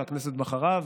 והכנסת בחרה,